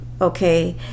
Okay